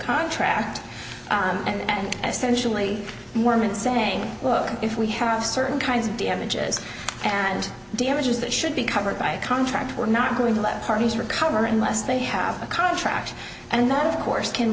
contract and essentially mormon saying look if we have certain kinds of damages and damages that should be covered by a contract we're not going to let parties recover unless they have a contract and that of course can